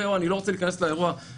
ו/או אני לא רוצה להיכנס לאירוע הספציפי.